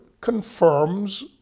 confirms